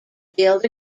build